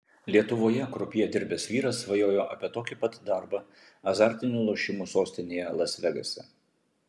lietuvoje krupjė dirbęs vyras svajojo apie tokį pat darbą azartinių lošimų sostinėje las vegase